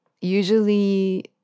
usually